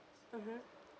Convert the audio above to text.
mmhmm